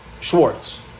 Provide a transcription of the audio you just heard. Schwartz